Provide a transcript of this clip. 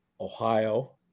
Ohio